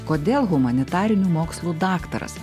kodėl humanitarinių mokslų daktaras